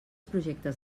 projectes